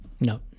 No